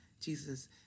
jesus